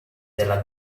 della